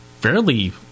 fairly